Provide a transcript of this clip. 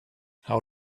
how